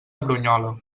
brunyola